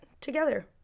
together